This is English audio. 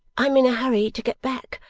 i'm in a hurry to get back,